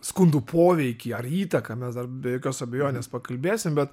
skundų poveikį ar įtaką mes dar be jokios abejonės pakalbėsim bet